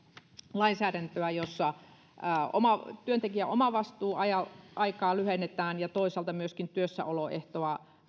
lainsäädäntöä jossa työntekijän omavastuuaikaa lyhennetään ja toisaalta myöskin työssäoloehtoa